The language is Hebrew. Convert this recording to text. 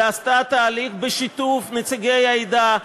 אלא עשתה תהליך בשיתוף נציגי העדה,